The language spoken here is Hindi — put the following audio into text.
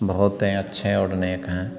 बहुतय अच्छे और नेक हैं